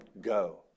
go